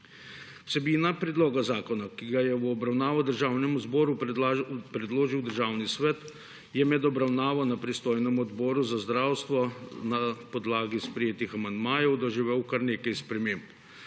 Vsebina predloga zakona, ki ga je v obravnavo Državnemu zboru predložil Državni svet, je med obravnavo na pristojnem Odboru za zdravstvo na podlagi sprejetih amandmajev doživela kar nekaj sprememb.